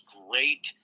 great